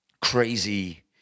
crazy